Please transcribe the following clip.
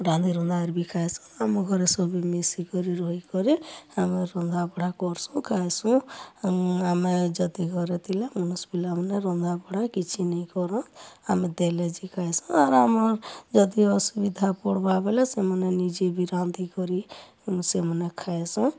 ରାନ୍ଧି ରୁନ୍ଧା କରି ବି ଖାଏସୁଁ ଆମ ଘରେ ସଭିଏଁ ମିଶିକରି ରହିକରି ଆମେ ରନ୍ଧା ବଢ଼ା କରସୁଁ ଖାଏସୁଁ ଆମେ ଯଦି ଘରେ ଥିଲେ ମନୁଷପିଲା ମାନେ ରନ୍ଧା ବଢ଼ା କିଛି ନାଇଁ କରେ ଆମେ ଦେଲେ ଯାଇ ଖାଇସୁଁ ଆର ଆମର ଯଦି ଅସୁବିଧା ପଡ଼୍ବା ବେଲେ ସେମାନେ ନିଜେ ବି ରାନ୍ଧି କରି ସେମାନେ ଖାଏସଁ